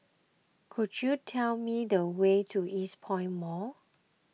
could you tell me the way to Eastpoint Mall